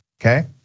okay